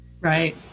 Right